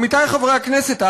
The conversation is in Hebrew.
עמיתי חברי הכנסת,